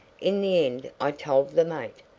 in the end i told the mate.